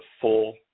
full